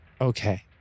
Okay